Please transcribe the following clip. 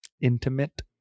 intimate